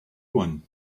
one